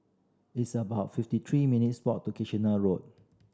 it's about fifty three minutes' walk to Kitchener Road